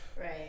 Right